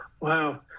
Wow